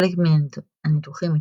חלק מן הניתוחים הצליחו,